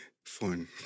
Fun